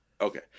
Okay